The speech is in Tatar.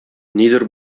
нидер